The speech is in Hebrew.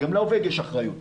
גם לעובד יש אחריות,